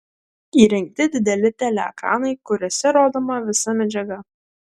įrengti dideli teleekranai kuriuose rodoma visa medžiaga